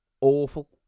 awful